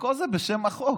וכל זה בשם בחוק.